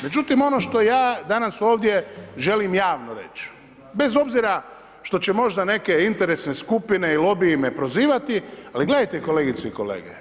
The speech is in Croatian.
Međutim, ono što ja danas ovdje želim javno reći, bez obzira što će možda neke interesne skupine i lobiji me prozivati, ali gledajte kolegice i kolege.